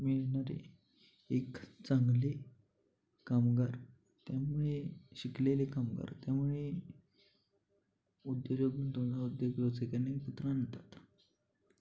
मिळणारे एक चांगले कामगार त्यामुळे शिकलेले कामगार त्यामुळे उद्योजक उद्योग व्यवसाय करने सूत्र आणतात